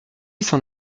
s’en